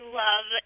love